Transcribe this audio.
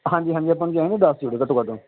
ਹਾਂਜੀ ਹਾਂਜੀ ਆਪਾਂ ਨੂੰ ਚਾਹੀਦੇ ਦੱਸ ਜੋੜੇ ਘੱਟੋ ਘੱਟ